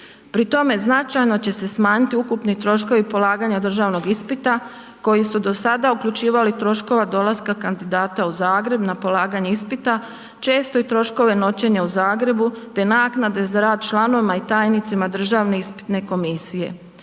Pri tome značajno će se smanjiti ukupni troškovi polaganja državnog ispita koji su do sada uključivali troškove dolaska kandidata u Zagreb na polaganje ispita, često i troškove noćenja u Zagrebu te naknade članovima i tajnicima državne ispitne komisije,